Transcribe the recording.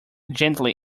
gently